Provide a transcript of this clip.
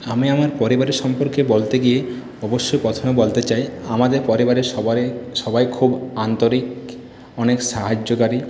আমি আমার পরিবারের সম্পর্কে বলতে গিয়ে অবশ্যই প্রথমে বলতে চাই আমাদের পরিবারে সবারই সবাই খুব আন্তরিক অনেক সাহায্যকারী